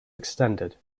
extended